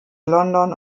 london